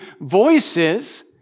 voices